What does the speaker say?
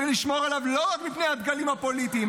צריך לשמור עליו לא רק מפני הדגלים הפוליטיים,